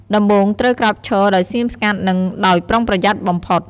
ដំបូងត្រូវក្រោកឈរដោយស្ងៀមស្ងាត់ និងដោយប្រុងប្រយ័ត្នបំផុត។